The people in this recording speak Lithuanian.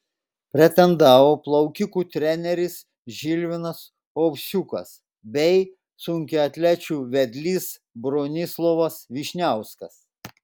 pretendavo plaukikų treneris žilvinas ovsiukas bei sunkiaatlečių vedlys bronislovas vyšniauskas